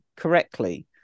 Correctly